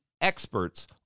experts